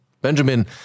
Benjamin